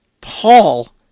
Paul